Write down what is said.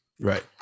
Right